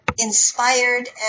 inspired